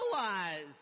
realize